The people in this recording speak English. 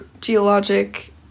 geologic